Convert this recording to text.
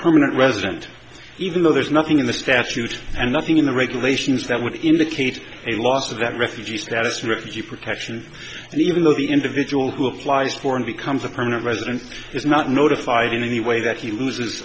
permanent resident even though there's nothing in the statute and nothing in the regulations that would indicate a loss of that refugee status refugee protection and even though the individual who applies for and becomes a permanent resident is not notified in any way that he loses